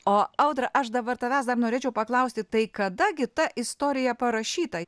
o audra aš dabar tavęs dar norėčiau paklausti tai kada gi ta istorija parašyta